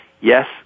yes